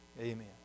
amen